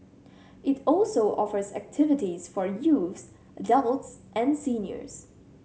it also offers activities for youths adults and seniors